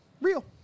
real